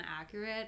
accurate